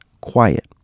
quiet